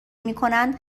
میکنند